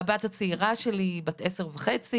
הבת הצעירה שלי היא בת עשר וחצי.